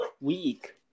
week